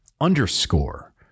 underscore